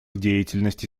деятельности